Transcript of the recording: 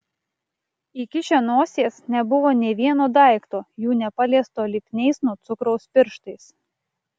įkišę nosies nebuvo nė vieno daikto jų nepaliesto lipniais nuo cukraus pirštais